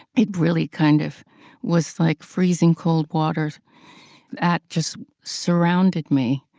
it really kind of was like freezing cold water that just surrounded me,